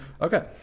Okay